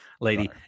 lady